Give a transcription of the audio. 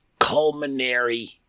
culinary